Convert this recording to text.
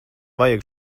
vajag